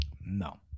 No